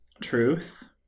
truth